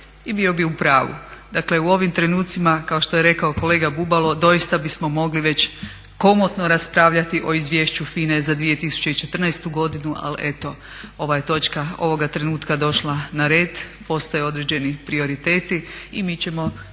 i bio bi upravu. Dakle u ovim trenucima kao što je rekao kolega Bubalo doista bismo mogli već komotno raspravljati o izvješću FINA-e za 2014.godinu, ali eto ovaj točka ovoga trenutka došla na red, postoje određeni prioriteti i mi ćemo